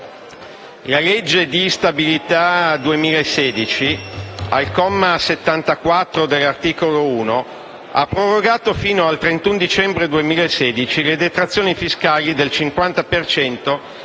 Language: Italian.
la legge di stabilità 2016 al comma 74 dell'articolo 1 ha prorogato fino al 31 dicembre 2016 le detrazioni fiscali del 50